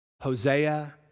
Hosea